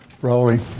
rolling